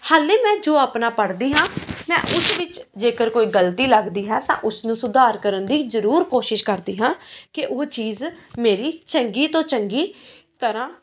ਹਾਲੇ ਮੈਂ ਜੋ ਆਪਣਾ ਪੜ੍ਹਦੀ ਹਾਂ ਮੈਂ ਉਸ ਵਿੱਚ ਜੇਕਰ ਕੋਈ ਗਲਤੀ ਲੱਗਦੀ ਹੈ ਤਾਂ ਉਸਨੂੰ ਸੁਧਾਰ ਕਰਨ ਦੀ ਜ਼ਰੂਰ ਕੋਸ਼ਿਸ਼ ਕਰਦੀ ਹਾਂ ਕਿ ਉਹ ਚੀਜ਼ ਮੇਰੀ ਚੰਗੀ ਤੋਂ ਚੰਗੀ ਤਰ੍ਹਾਂ